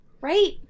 Right